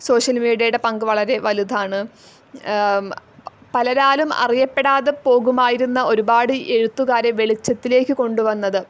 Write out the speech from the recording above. social മീഡിയയുടെ പങ്ക് വളരെ വലുതാണ് പലരാലും അറിയപ്പെടാതെ പോകുമായിരുന്ന ഒരുപാടു എഴുത്തുകാരെ വെളിച്ചത്തിലേക്ക് കൊണ്ട് വന്നതും